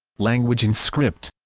language and script